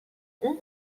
اون